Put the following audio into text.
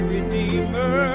Redeemer